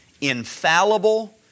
infallible